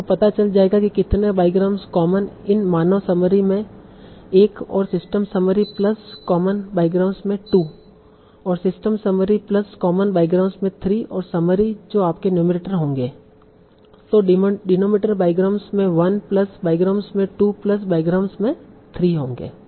आपको पता चल जाएगा कि कितने बाईग्राम्स कॉमन इन मानव समरी एक और system summary plus common bigrams में 2 और system summary plus common bigrams में 3 और समरी जो आपके नुमेरटर होंगे और डिनोमिनेटर बाईग्राम्स में 1 प्लस बाईग्राम्स में 2 प्लस बाईग्राम्स में 3 होंगे